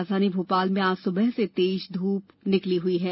राजधानी भोपाल में आज सुबह से तेज धूप निकली हई है